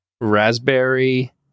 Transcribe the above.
Raspberry